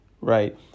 right